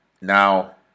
Now